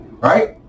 right